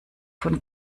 von